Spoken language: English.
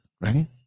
right